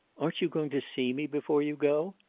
aren't you going to see me before you go?